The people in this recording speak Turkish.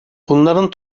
bunların